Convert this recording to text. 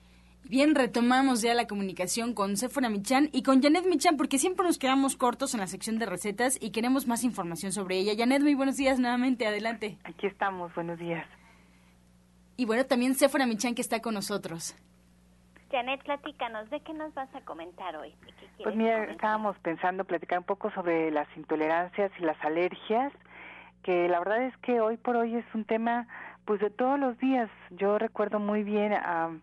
Bien, retomamos ya la comunicación con Séfora Michán y con Janet Michán, porque siempre nos quedamos cortos en la sección de recetas y queremos más información sobre ella. Janet, muy buenos días, nuevamente, adelante. Aquí estamos, buenos días. Y bueno, también Séfora Michán, que está con nosotros. Janet, platícanos, ¿de qué nos vas a comentar hoy? ¿Y qué Pues quieres mira, comentar? estábamos pensando platicar un poco sobre las intolerancias y las alergias, que la verdad es que hoy por hoy es un tema, pues, de todos los días. Yo recuerdo muy bien a-